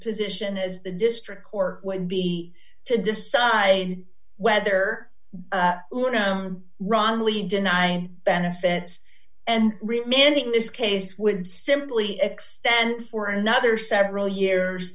position as the district court would be to decide whether or not ron lee deny benefits and remaining this case would simply extend for another several years